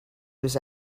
was